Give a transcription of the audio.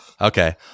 Okay